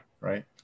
Right